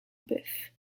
bœuf